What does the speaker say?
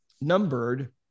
numbered